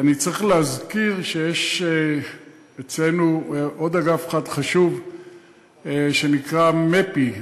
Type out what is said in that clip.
אני צריך להזכיר שיש אצלנו עוד אגף אחד חשוב שנקרא מפ"י,